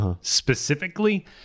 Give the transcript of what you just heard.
Specifically